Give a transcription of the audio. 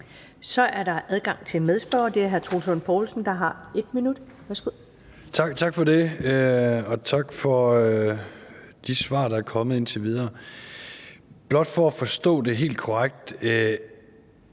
der har 1 minut. Værsgo. Kl. 16:07 Troels Lund Poulsen (V): Tak for det, og tak for de svar, der er kommet indtil videre. Blot for at forstå det helt korrekt: